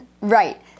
Right